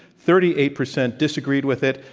thirty eight percent disagreed with it,